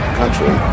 country